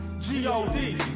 G-O-D